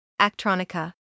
Actronica